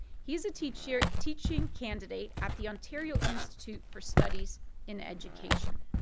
he is a teaching teaching candidate at the ontario institute for studies in education.